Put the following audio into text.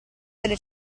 delle